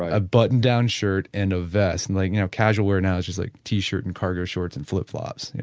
a button down shirt and a vest. and like you know casual wear now is is like t-shirts, cargo shorts and flip flops. yeah